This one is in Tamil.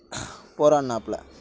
போராடினாப்புல